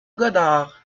goddard